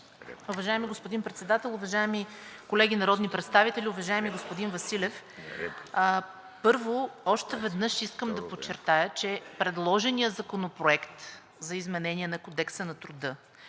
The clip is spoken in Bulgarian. Уважаеми господин Председател, уважаеми колеги народни представители! Уважаеми господин Василев, първо, още веднъж искам да подчертая, че предложеният законопроект за изменение на Кодекса на труда